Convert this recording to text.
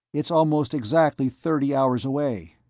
it's almost exactly thirty hours away.